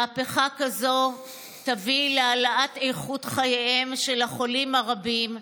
מהפכה כזאת תביא להעלאת איכות חייהם של החולים הרבים,